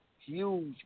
huge